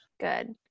Good